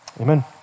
Amen